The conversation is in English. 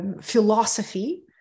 philosophy